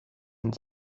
and